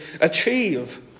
achieve